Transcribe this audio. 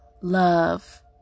love